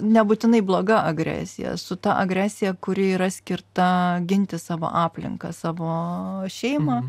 nebūtinai bloga agresija su ta agresija kuri yra skirta ginti savo aplinką savo šeimą